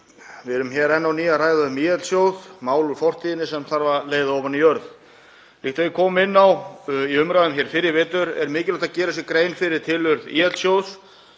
Við erum hér enn á ný að ræða um ÍL-sjóð, mál úr fortíðinni sem þarf að leiða ofan í jörð. Líkt og ég kom inn á í umræðum hér fyrr í vetur er mikilvægt að gera sér grein fyrir tilurð ÍL-sjóðs